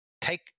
take